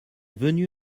venu